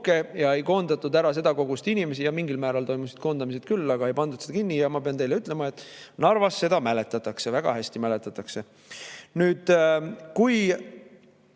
ega koondatud ära seda kogust inimesi – jah, mingil määral toimusid koondamised küll, aga ei pandud seda kinni. Ja ma pean teile ütlema, et Narvas seda mäletatakse. Väga hästi mäletatakse. Nüüd, kui